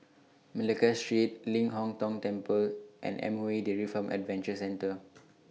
Malacca Street Ling Hong Tong Temple and MOE Dairy Farm Adventure Center